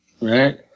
Right